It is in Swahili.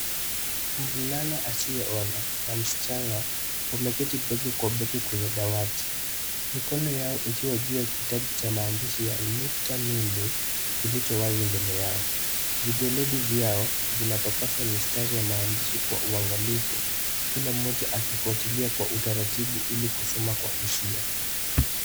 Mvulana asiyeona na msichana wameketi bega kwa bega kwenye dawati. Mikono yao ikiwa juu ya kitabu cha maandishi ya nukta nundu kilicho wazi mbele yao. Vidoleni vyao vinapapasa mistari ya maandishi kwa uangalifu, kila mmoja akifuatilia kwa utaratibu ili kusoma kwa hisia.